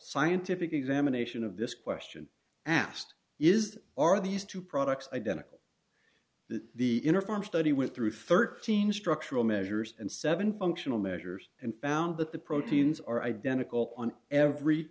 scientific examination of this question asked is are these two products identical that the interphone study went through thirteen structural measures and seven functional measures and found that the proteins are identical on every